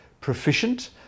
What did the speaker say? proficient